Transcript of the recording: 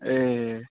ए